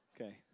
Okay